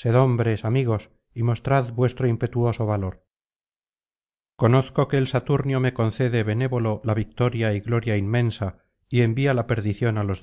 sed hombres amigos y mostrad vuestro impetuoso valor conozco que el saturnio me concede benévolo la victoria y gloria inmensa y envía la perdición á los